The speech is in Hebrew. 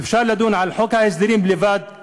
אפשר לדון על חוק ההסדרים לבדו.